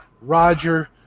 Roger